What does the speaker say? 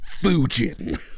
Fujin